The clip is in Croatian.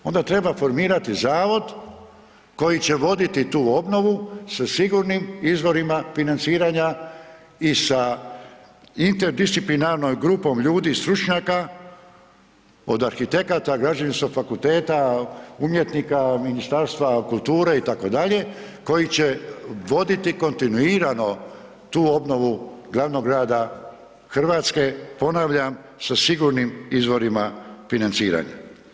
Onda treba formirati zavod koji će voditi tu obnovu sa sigurnim izvorima financiranja i sa interdisciplinarnom grupom ljudi stručnjaka od arhitekata, Građevinskog fakulteta, umjetnika, Ministarstva kulture itd., koji će voditi kontinuirano tu obnovu glavnog grada Hrvatske, ponavljam sa sigurnim izvorima financiranja.